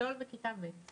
הגדול בכיתה ב'.